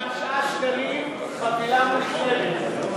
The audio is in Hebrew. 59 שקלים, חבילה מושלמת.